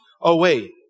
away